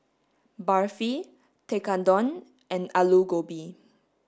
Barfi Tekkadon and Alu Gobi